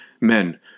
men